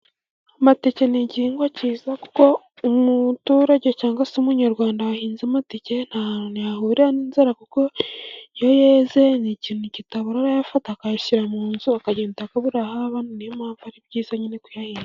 Amateke n'igihingwa kiza, kuko umuturage cyangwa se umunyarwanda wahinze amateke nta hantu yahurira n'inzara, kuko iyo yeze n'ikintu kitabora yafata akayashyira mu nzu akagenda akaraho ahabona, niyo mpamvu ari byiza nyine kuyahinga.